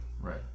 Right